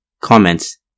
Comments